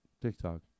TikTok